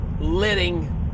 letting